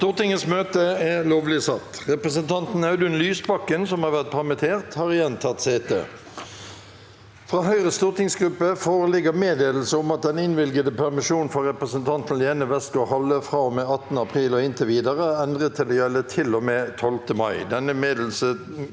Presidenten Representanten Audun Lys- bakken, som har vært permittert, har igjen tatt sete. Fra Høyres stortingsgruppe foreligger meddelelse om at den innvilgede permisjonen for representanten Lene Westgaard-Halle fra og med 18. april og inntil videre er endret til å gjelde til og med 12. mai.